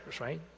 right